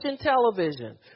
television